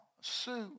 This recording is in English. Sue